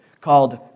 called